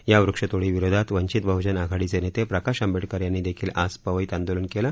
या वृक्षतोडीविरोधात वंचित बहुजन आघाडीचे नेते प्रकाश आंबेडकर यांनीदेखील आज पवईत आंदोलन केलं